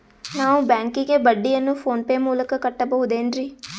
ನಾವು ಬ್ಯಾಂಕಿಗೆ ಬಡ್ಡಿಯನ್ನು ಫೋನ್ ಪೇ ಮೂಲಕ ಕಟ್ಟಬಹುದೇನ್ರಿ?